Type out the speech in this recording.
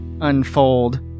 unfold